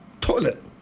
toilet